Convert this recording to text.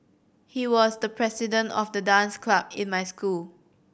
he was the president of the dance club in my school